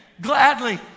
Gladly